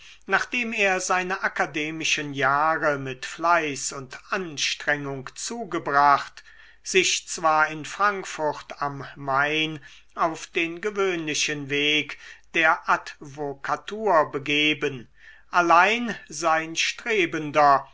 nachdem er seine akademischen jahre mit fleiß und anstrengung zugebracht sich zwar in frankfurt am main auf den gewöhnlichen weg der advokatur begeben allein sein strebender